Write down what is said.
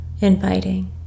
inviting